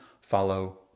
follow